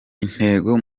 intego